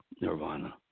nirvana